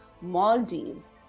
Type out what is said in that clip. Maldives